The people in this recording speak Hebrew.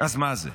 אז מה זה?